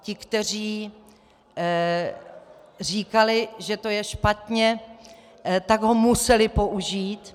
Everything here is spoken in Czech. Ti, kteří říkali, že to je špatně, tak ho museli použít.